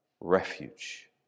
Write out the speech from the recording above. refuge